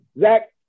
Zach